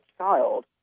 child